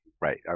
right